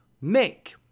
make